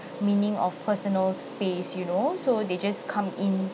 meaning of personal space you know so they just come in